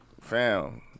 Fam